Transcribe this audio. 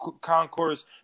concourse